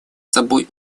собой